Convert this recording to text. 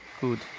Good